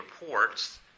reports